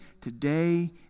today